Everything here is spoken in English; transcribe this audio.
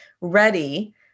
ready